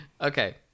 Okay